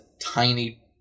tiny